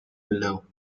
below